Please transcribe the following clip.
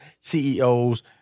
CEOs